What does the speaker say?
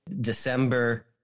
December